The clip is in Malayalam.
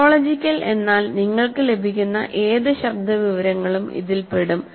ഫോണോളജിക്കൽ എന്നാൽ നിങ്ങൾക്ക് ലഭിക്കുന്ന ഏത് ശബ്ദ വിവരങ്ങളും ഇതിൽ പെടും